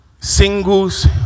Singles